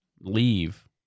leave